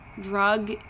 drug